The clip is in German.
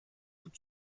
gut